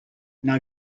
now